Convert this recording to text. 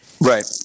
Right